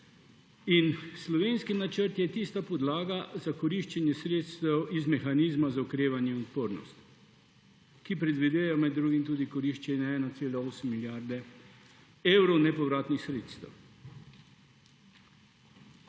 Slovenski načrt je tista podlaga za koriščenje sredstev iz mehanizma za okrevanje in odpornost, ki predvideva med drugim tudi koriščenje 1,8 milijarde evrov nepovratnih sredstev.